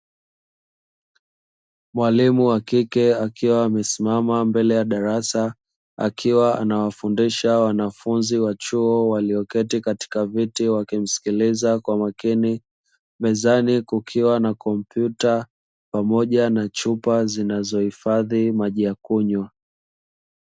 Mwalimu wa kike akiwa amesimama mbele ya darasa akiwa anawafundisha wanafunzi wa chuo walioketi katika viti wakimsikiliza kwa makini, mezani kukiwa na kompyuta pamoja na chupa zinazohifadhi maji ya kunywa.